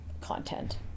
content